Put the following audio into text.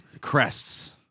Crests